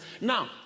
now